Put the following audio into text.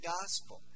gospel